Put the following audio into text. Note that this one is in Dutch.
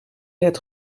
het